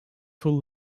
full